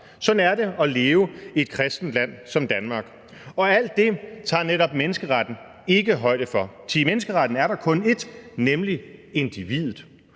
Sådan er det at leve i et kristent land som Danmark, og alt det tager netop menneskeretten ikke højde for, thi for menneskeretten er der kun ét, nemlig individet.